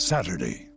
Saturday